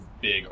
big